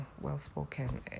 well-spoken